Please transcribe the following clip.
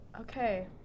Okay